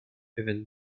even